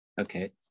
Okay